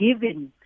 given